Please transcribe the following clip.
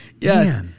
Yes